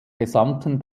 gesamten